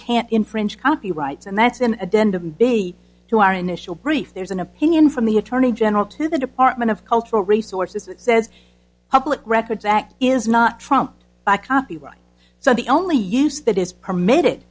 can't infringe copyrights and that's an addendum day to our initial brief there's an opinion from the attorney general to the department of cultural resources it says public records act is not trumped by copyright so the only use that is permitted